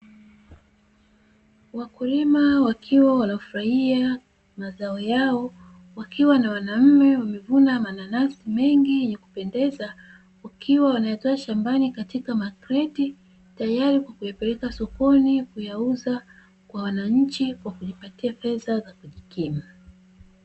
Wakulima wakiwa hawajafurahia mazao yao, wakiwa na wanaume wamevuna mananasi mengi ya kupendeza wakiwa wameweka shambani kwenye makreti, tayari kwa kuyapeleka sokoni kuyauza kwa wananchi kujipatia pesa za kujikimu.